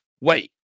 wait